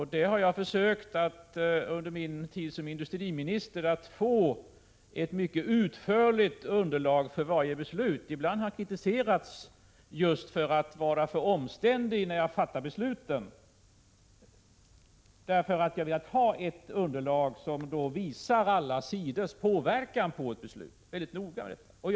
Jag har under min tid som industriminister försökt att få ett mycket utförligt underlag för varje beslut. Ibland har jag kritiserats för att vara för omständlig när jag fattar beslut, därför att jag har velat ha ett underlag som visar alla sidors påverkan på ett beslut; jag är noggrann med detta.